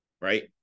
Right